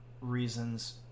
reasons